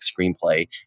Screenplay